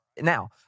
now